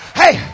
hey